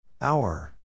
Hour